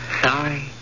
sorry